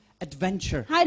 adventure